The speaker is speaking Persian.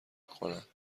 کند